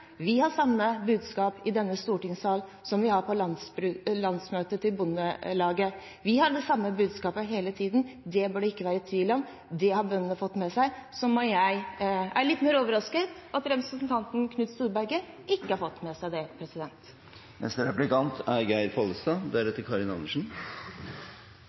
Vi har samme budskap i denne sal som vi har på landsmøtet til Bondelaget. Vi har det samme budskapet hele tiden. Det bør det ikke være tvil om. Det har bøndene fått med seg. Så er jeg litt mer overrasket over at representanten Knut Storberget ikke har fått det med seg. Jeg tror ikke det er